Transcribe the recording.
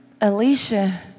Alicia